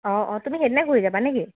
অঁ অঁ তুমি সেইদিনাই ঘূৰি যাবা নেকি